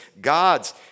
God's